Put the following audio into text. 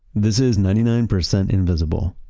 this is ninety nine percent invisible